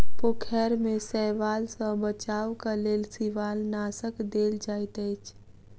पोखैर में शैवाल सॅ बचावक लेल शिवालनाशक देल जाइत अछि